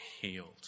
healed